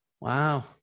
wow